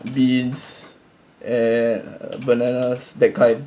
beans and bananas that kind